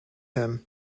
him